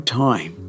time